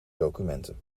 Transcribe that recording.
documenten